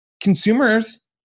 consumers